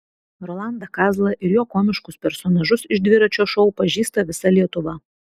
rolandą kazlą ir jo komiškus personažus iš dviračio šou pažįsta visa lietuva